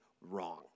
wrong